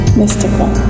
mystical